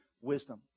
Wisdom